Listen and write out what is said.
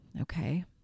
Okay